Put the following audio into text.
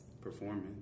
Performing